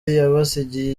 yabasigiye